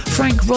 Frank